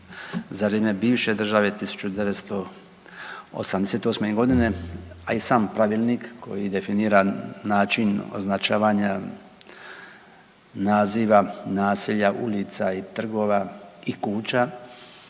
za vrijeme bivše države 1988.g., a i sam pravilnik koji je definira način označavanja naziva naselja, ulica i trgova i kuća